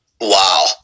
Wow